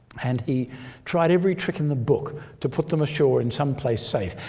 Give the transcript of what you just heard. and he tried every trick in the book to put them ashore in someplace safe.